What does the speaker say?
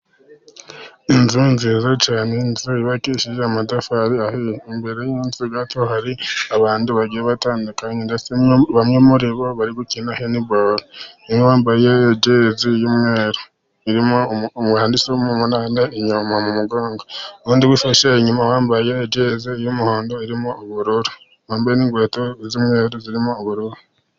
Inzu nziza cyane inzu yubakishije amatafari ahiye, imbere y'inzu gato hari abantu bagiye batandukanye, ndetse bamwe muri bo bari gukina handiboro, harimo uwambaye jezi y'umweru handitsemo umunani inyuma mu mugongo, n'undi wifashe inyuma wambaye jezi y'umuhondo irimo ubururu, wambaye n'inkweto z'umweru zirimo ubururu.